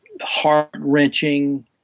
heart-wrenching